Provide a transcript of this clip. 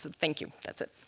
thank you. that's it.